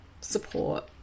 support